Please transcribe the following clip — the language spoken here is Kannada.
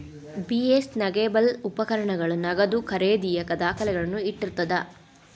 ಬಿ.ಎಸ್ ನೆಗೋಬಲ್ ಉಪಕರಣಗಳ ನಗದು ಖರೇದಿಯ ದಾಖಲೆಗಳನ್ನ ಇಟ್ಟಿರ್ತದ